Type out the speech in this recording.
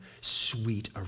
sweet